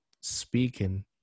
speaking